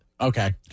Okay